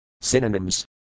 Synonyms